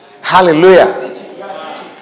Hallelujah